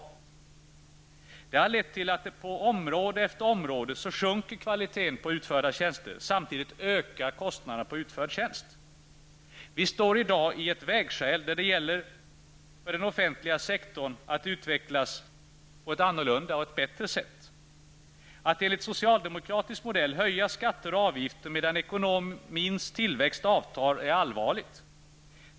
Detta har lett till att kvaliteten på de utförda tjänsterna sjunker på område efter område, samtidigt som kostnaderna per utförd tjänst ökar. Vi står i dag inför ett vägskäl då det gäller för den offentliga sektorn att utvecklas på ett annorlunda och bättre sätt. Att enligt socialdemokratisk modell höja skatter och avgifter medan ekonomins tillväxt avtar är allvarligt.